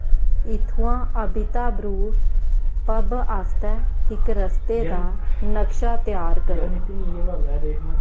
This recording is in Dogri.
इत्थुआं अबिता ब्रू पब आस्तै इक रस्ते दा नक्शा त्यार करो